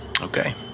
Okay